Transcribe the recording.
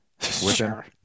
Sure